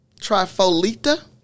Trifolita